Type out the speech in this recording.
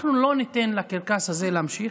אנחנו לא ניתן לקרקס הזה להמשיך.